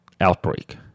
Outbreak